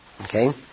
Okay